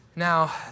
Now